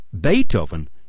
Beethoven